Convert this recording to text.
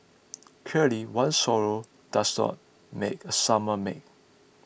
clearly one swallow does not made a summer make